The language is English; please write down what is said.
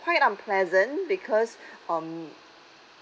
quite unpleasant because um